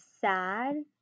sad